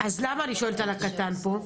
אז למה אני שואלת על הקטן פה?